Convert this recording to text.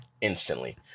instantly